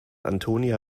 antonia